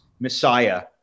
Messiah